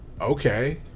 okay